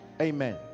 amen